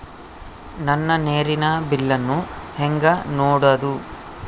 ನನ್ನ ನೇರಿನ ಬಿಲ್ಲನ್ನು ಹೆಂಗ ನೋಡದು?